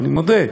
אני מודה,